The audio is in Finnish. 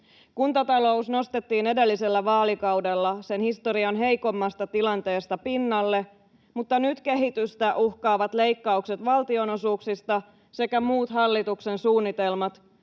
Kuntatalous nostettiin edellisellä vaalikaudella sen historian heikoimmasta tilanteesta pinnalle, mutta nyt kehitystä uhkaavat leikkaukset valtionosuuksista sekä muut hallituksen suunnitelmat,